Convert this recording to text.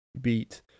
beat